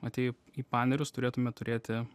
atėję į panerius turėtume turėti